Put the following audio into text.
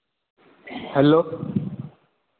hello